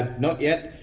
not yet.